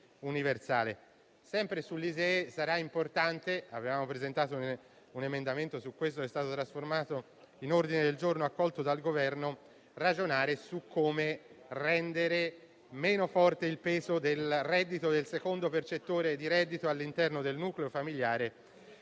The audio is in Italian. giorno, accolto dal Governo - ragionare su come rendere meno forte il peso del reddito del secondo percettore di reddito all'interno del nucleo familiare